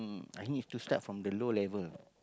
I need to start from the low level